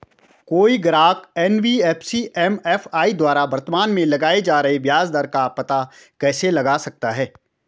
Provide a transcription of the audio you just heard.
कोई ग्राहक NBFC MFI द्वारा वर्तमान में लगाए जा रहे ब्याज दर का पता कैसे लगा सकता है?